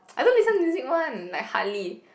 I don't listen music one like hardly